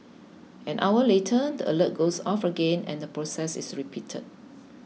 an hour later the alert goes off again and the process is repeated